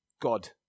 God